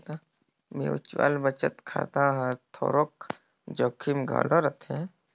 mutual बचत खाता हर थोरोक जोखिम घलो रहथे